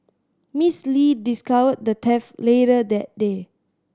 Miss Lee discovered the theft later that day